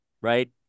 right